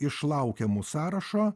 iš laukiamų sąrašo